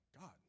God